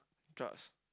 drugs